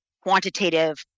quantitative